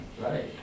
Right